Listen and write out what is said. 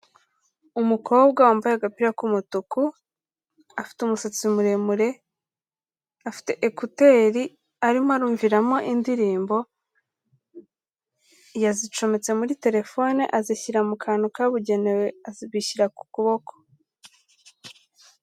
Umukobwa wambaye agapira k'umutuku, afite umusatsi muremure, afite ekuteri arimo arumviramo indirimbo, yazicometse muri telefone azishyira mu kantu kabugenewe azishyira ku kuboko.